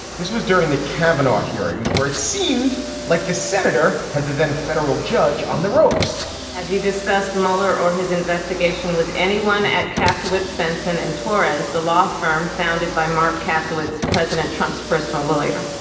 this was during the kavanaugh hearings where it seemed like the senator had the then federal judge on the ropes have you discussed muller or his investigation with anyone at castle with benson and torres. the law firm founded by mark castle it's president trump's personal lawyer